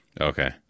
Okay